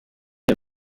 iyo